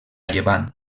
llevant